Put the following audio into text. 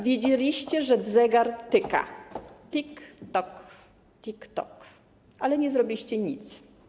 Wiedzieliście, że zegar tyka - tik tok, tik tok - ale nie zrobiliście nic.